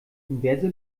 inverse